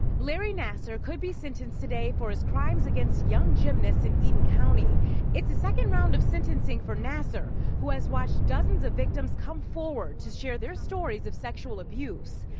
larry nassar could be sentenced today for his crimes against young gymnasts in eaton county it's the second round of sentencing for larry nassar who has watched dozens of victims come forward to share their stories of sexual abuse.